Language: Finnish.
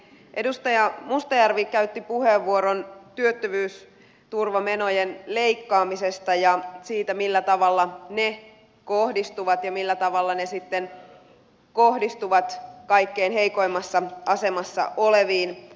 edustaja mustajärvi käytti puheenvuoron työttömyysturvamenojen leikkaamisesta ja siitä millä tavalla ne kohdistuvat ja millä tavalla ne sitten kohdistuvat kaikkein heikoimmassa asemassa oleviin